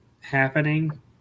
happening